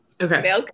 Okay